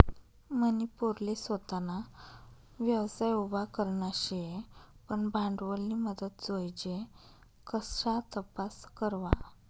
मनी पोरले सोताना व्यवसाय उभा करना शे पन भांडवलनी मदत जोइजे कशा तपास करवा?